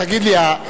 תגיד לי,